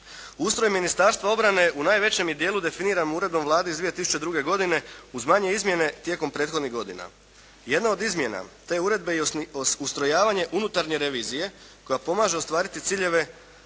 Ustroj Ministarstva obrane u najvećem je dijelu definiran Uredbom Vlade iz 2002. godine uz manje izmjene tijekom prethodnih godina. Jedna od izmjena te uredbe je ustrojavanje unutarnje revizije koja pomaže ostvariti ciljeve